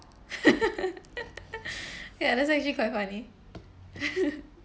ya that's actually quite funny